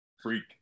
freak